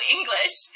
English